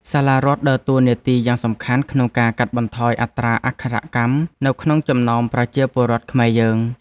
សាលារដ្ឋដើរតួនាទីយ៉ាងសំខាន់ក្នុងការកាត់បន្ថយអត្រាអក្ខរកម្មនៅក្នុងចំណោមប្រជាពលរដ្ឋខ្មែរយើង។